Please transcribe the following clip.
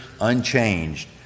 unchanged